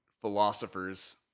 philosophers